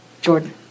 Jordan